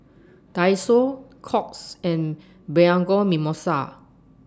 Daiso Courts and Bianco Mimosa